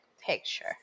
picture